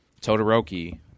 Todoroki